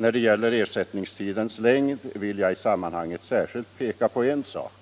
När det gäller ersättningstidens längd vill jag i sammanhanget särskilt peka på en sak.